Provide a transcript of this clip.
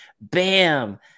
Bam